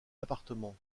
appartements